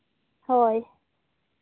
ᱦᱳᱭ